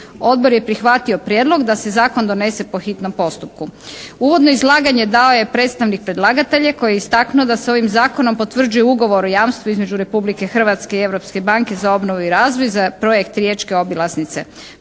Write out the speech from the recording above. Odbor je prihvatio prijedlog da se zakon donese po hitnom postupku. Uvodno izlaganje dao je predstavnik predlagatelja koji je istaknuo da se ovim zakonom potvrđuje Ugovor o jamstvu između Republike Hrvatske i Europske banke za obnovu i razvoj za projekt riječke obilaznice.